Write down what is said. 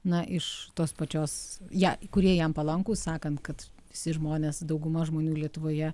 na iš tos pačios ją kurie jam palankūs sakant kad visi žmonės dauguma žmonių lietuvoje